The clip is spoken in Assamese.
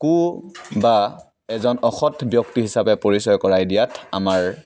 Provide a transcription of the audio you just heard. কু বা এজন অসৎ ব্যক্তি হিচাপে পৰিচয় কৰাই দিয়াত আমাৰ